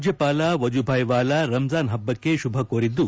ರಾಜ್ಯಪಾಲ ವಜೂಭಾಯ್ ವಾಲಾ ರಂಜಾನ್ ಹಬ್ಬಕ್ಕೆ ಶುಭಕೋರಿದ್ದು